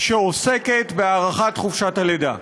שעוסקת בהארכת חופשת הלידה.